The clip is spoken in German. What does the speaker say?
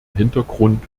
hintergrund